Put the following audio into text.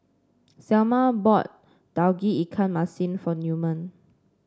Selma bought Tauge Ikan Masin for Newman